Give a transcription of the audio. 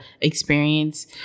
experience